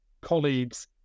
colleagues